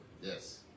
Yes